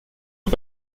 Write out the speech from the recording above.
aux